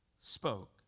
spoke